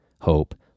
hope